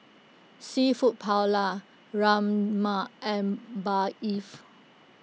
Seafood Paella Rajma and Barif